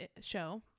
show